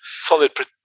Solid